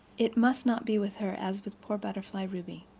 it must not be with her as with poor butterfly ruby.